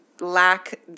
lack